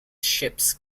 ships